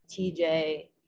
TJ